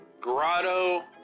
Grotto